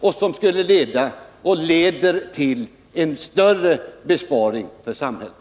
Det skulle också leda till en större besparing för samhället.